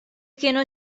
kienu